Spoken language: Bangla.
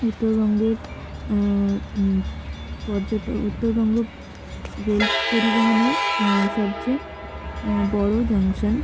উত্তরবঙ্গের পর্যটক উত্তরবঙ্গ রেল পরিবহনের সবচেয়ে বড়ো জাংশন